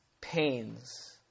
pains